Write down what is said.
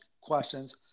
questions